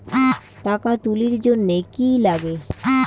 টাকা তুলির জন্যে কি লাগে?